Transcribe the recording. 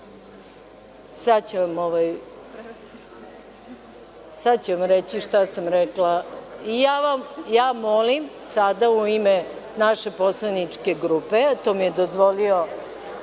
ću vam reći šta sam rekla… Ja molim sada u ime naše poslaničke grupe, a to mi je dozvolio